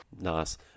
Nice